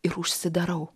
ir užsidarau